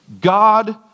God